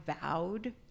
vowed